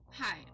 Hi